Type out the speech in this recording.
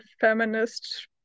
feminist